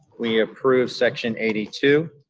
we approve section eighty two.